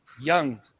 young